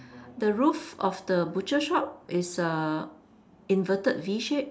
the roof of the butcher shop is a inverted V shape